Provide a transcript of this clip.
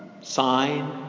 sign